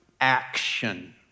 action